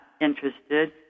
interested